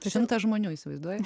tu šimtą žmonių įsivaizduoji